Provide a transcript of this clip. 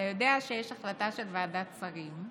אתה יודע שיש החלטה של ועדת שרים,